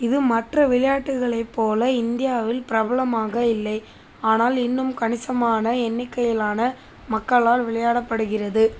இது மற்ற விளையாட்டுகளை போல இந்தியாவில் பிரபலமாக இல்லை ஆனால் இன்னும் கணிசமான எண்ணிக்கையிலான மக்களால் விளையாடப்படுகிறது